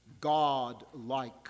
God-like